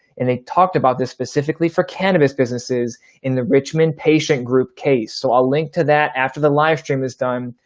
and they talked about this specifically for cannabis businesses in the richmond patient group case. so i'll link to that after the live stream is done,